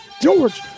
George